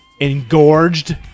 engorged